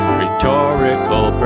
Rhetorical